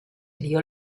dio